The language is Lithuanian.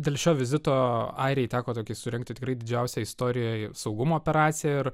dėl šio vizito airijai teko tokį surengti tikrai didžiausią istorijoj saugumo operaciją ir